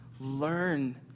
Learn